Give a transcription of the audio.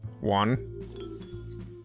One